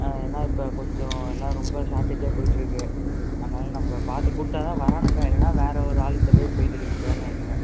ஆ ஏன்னா இப்போ கொஞ்சம் எல்லாம் ரொம்ப ஷார்ட்டேஜ்ஜாக போயிட்டுருக்கு அதனால் நம்ப பார்த்து கூப்பிட்டா தான் வரானுங்க இல்லைன்னா வேறு ஒரு ஆளுக்கிட்ட போய் பெயிண்ட் அடிக்க போயிடுறானுங்க